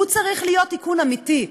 הוא צריך להיות תיקון אמיתי,